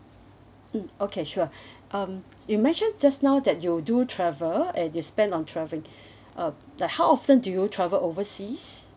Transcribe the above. mm okay sure um you mentioned just now that you do travel and you spend on traveling um like how often do you travel overseas